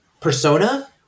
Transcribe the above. persona